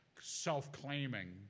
self-claiming